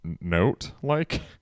note-like